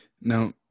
Now